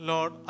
Lord